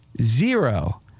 zero